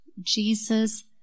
Jesus